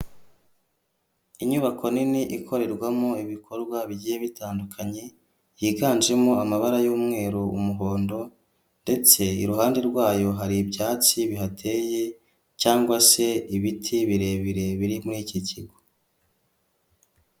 Inyubako nini ikorerwamo ibikorwa bigiye bitandukanye higanjemo amabara y'umweru, umuhondo ndetse iruhande rwayo hari ibyatsi bihateye cyangwa se ibiti birebire biri muri iki kigo.